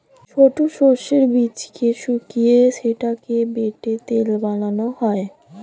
ছোট সর্ষের বীজকে শুকিয়ে সেটাকে বেটে তেল বানানো হয়